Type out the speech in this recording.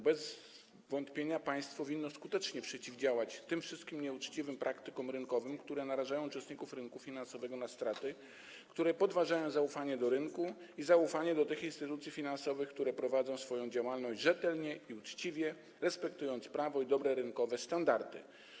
Bez wątpienia państwo winno skutecznie przeciwdziałać tym wszystkim nieuczciwym praktykom rynkowym, które narażają uczestników rynku finansowego na straty, które podważają zaufanie do rynku i zaufanie do tych instytucji finansowych, które prowadzą swoją działalność rzetelnie i uczciwie, respektując prawo i dobre rynkowe standardy.